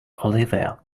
olivia